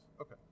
Okay